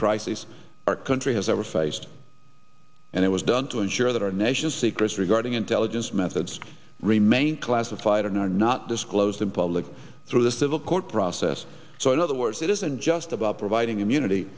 crisis our country has ever faced and it was done to ensure that our nation's secrets regarding intelligence methods remain classified or not disclosed in public through the civil court process so in other words it isn't just about providing immunity